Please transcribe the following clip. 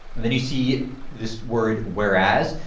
and then you see this word whereas.